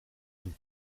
een